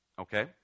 Okay